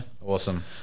Awesome